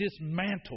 dismantle